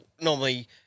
normally